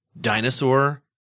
dinosaur